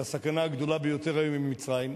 שהסכנה הגדולה ביותר היום היא ממצרים,